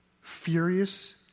furious